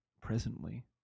presently